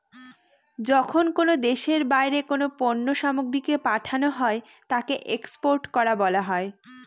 যখন কোনো দেশের বাইরে কোনো পণ্য সামগ্রীকে পাঠানো হয় তাকে এক্সপোর্ট করা বলা হয়